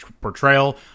portrayal